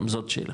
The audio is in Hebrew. גם זאת שאלה,